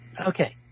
Okay